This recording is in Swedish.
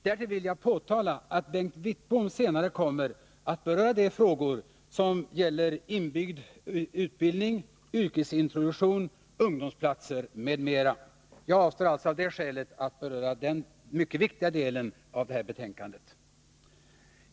Därtill vill jag nämna att Bengt Wittbom senare kommer att beröra de frågor som gäller inbyggd utbildning, yrkesintroduktion, ungdomsplatser m.m. Jag avstår av det skälet från att beröra denna mycket viktiga del av betänkandet.